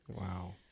Wow